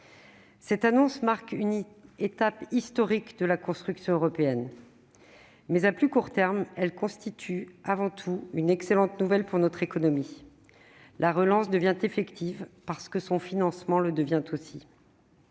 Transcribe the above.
Cette annonce marque une étape historique de la construction européenne, mais à plus court terme, elle constitue avant tout une excellente nouvelle pour notre économie. La relance devient effective, parce que son financement le devient aussi.